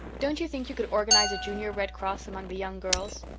don't you think you could organize a junior red cross among the young girls?